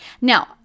Now